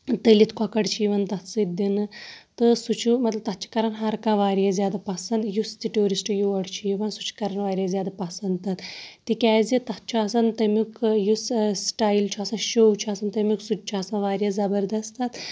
تٔلِتھ کۄکَر چھِ یِوان تَتھ سۭتۍ دِنہٕ تہٕ سُہ چھُ مطلب تَتھ چھِ کَران ہَرکانٛہہ واریاہ زیادٕ پَسنٛد یُس ٹیوٗرِسٹ یور چھِ یِوان سُہ چھِ کَران واریاہ زیادٕ پَسنٛد تَتھ تِکیٛازِ تَتھ چھُ آسان تَمیُٚک یُس سِٹایِل چھُ آسان شو چھُ آسان تَمیُٚک سُہ تہِ آسان واریاہ زَبَردَست تَتھ